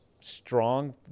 strong